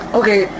okay